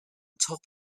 top